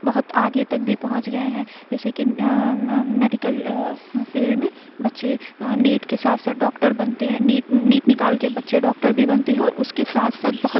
بہت آگے تک بھی پہنچ گئے ہیں جیسے کہ میڈیکل فیلڈ میں بچے نیٹ کے ساتھ ساتھ ڈاکٹر بنتے ہیں نیٹ نیٹ نکال کے بچے ڈاکٹر بھی بنتے ہیں اور اس کے ساتھ ساتھ بہت